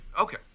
Okay